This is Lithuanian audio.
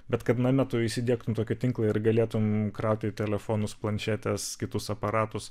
bet kad name tu įsidiegtum tokį tinklą ir galėtum krauti telefonus planšetes kitus aparatus